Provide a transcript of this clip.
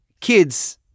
Kids